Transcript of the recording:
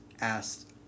asked